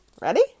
ready